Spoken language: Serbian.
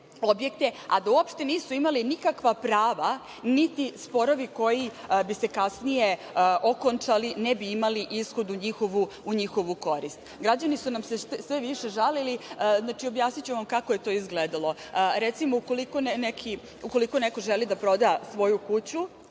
objekte, a da uopšte nisu imali nikakva prava niti sporovi koji bi se kasnije okončali ne bi imali ishod u njihovu korist. Građani su nam se sve više žalili, objasniću vam kako je to izgledalo. Recimo, ukoliko neko želi da proda svoju kuću,